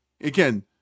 again